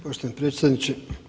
Poštovani predsjedniče.